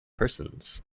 persons